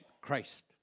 Christ